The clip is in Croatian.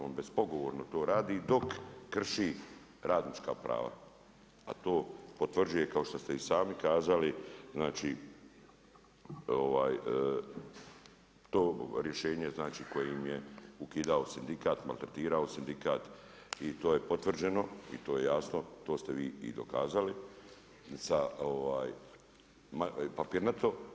On bez pogovorno to radi, dok krši radnička prava, a to potvrđuje, kao što ste i sami kazali, znači, to rješenje kojim je ukidao sindikat, maltretirao sindikat i to je potvrđeno i to je jasno to ste vi i dokazali sa papirnato.